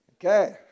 Okay